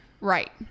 Right